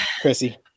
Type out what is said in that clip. Chrissy